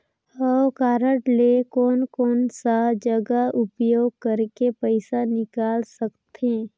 हव कारड ले कोन कोन सा जगह उपयोग करेके पइसा निकाल सकथे?